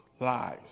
lives